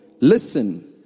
Listen